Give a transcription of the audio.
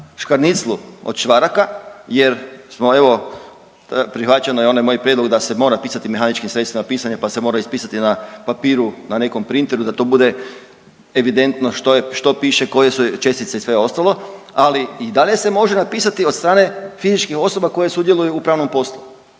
škaniclu od čvaraka jer smo evo, prihvaćen je onaj moj prijedlog da se mora pisati mehaničkim sredstvima pisanja, pa se mora ispisati na papiru na nekom printeru da to bude evidentno što je, što piše, koje su čestice i sve ostalo, ali i dalje se može napisati od strane fizičkih osoba koje sudjeluju u pravnom poslu,